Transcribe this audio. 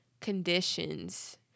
conditions